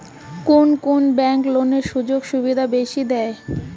কুন কুন ব্যাংক লোনের সুযোগ সুবিধা বেশি দেয়?